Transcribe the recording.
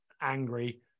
angry